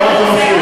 למה אתם מפריעים?